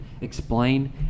explain